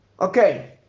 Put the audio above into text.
Okay